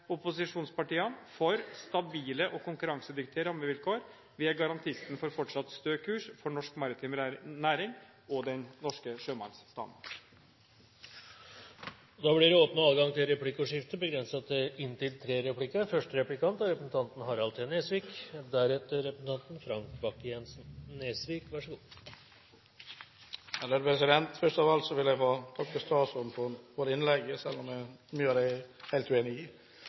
opposisjonspartiene – for stabile og konkurransedyktige rammevilkår. Vi er garantisten for fortsatt stø kurs for norsk maritim næring og den norske sjømannsstanden. Det blir åpnet for replikkordskifte. Først av alt vil jeg takke statsråden for innlegget, selv jeg er